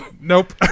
Nope